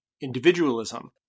individualism